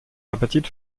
appetit